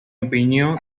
opinión